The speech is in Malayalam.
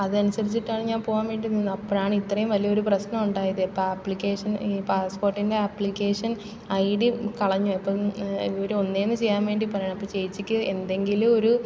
അതനുസരിച്ചിട്ടാണ് ഞാ പോകാൻ വേണ്ടി നിന്നത് അപ്പോഴാണ് ഇത്രയും വലിയൊരു പ്രശ്നം ഉണ്ടായത് അപ്പം അപ്ലിക്കേഷൻ ഈ പാസ്സ്പോർട്ടിൻ്റെ ആപ്ലിക്കേഷൻ ഐ ഡി കളഞ്ഞു അപ്പം ഇവര് ഒന്നേന്ന് ചെയ്യാൻ വേണ്ടി പറയുന്നു അപ്പോൾ ചേച്ചിക്ക് എന്തെങ്കിലും ഒരു